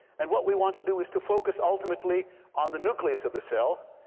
and what we want to do is to focus ultimately on the nucleus of the cell.